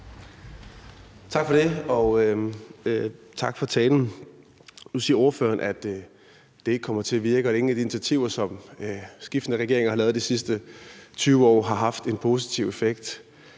Tak for det, og tak for talen. Nu siger ordføreren, at det ikke kommer til at virke, og at ingen af de initiativer, som skiftende regeringer har lavet de sidste 20 år, har haft en positiv effekt.